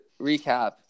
recap